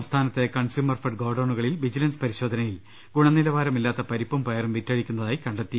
സംസ്ഥാനത്തെ കൺസ്യൂമർഫെഡ് ഗോഡൌണുകളിൽ വിജിലൻസ് പരിശോധനയിൽ ഗുണനിലവാരമില്ലാത്ത പരിപ്പും പയറും വിറ്റഴിക്കുന്നതായി കണ്ടെത്തി